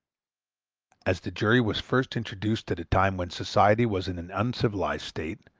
as the jury was first introduced at a time when society was in an uncivilized state,